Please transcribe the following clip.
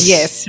Yes